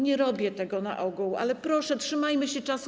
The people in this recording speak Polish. Nie robię tego na ogół, ale proszę, trzymajmy się czasu.